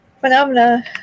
phenomena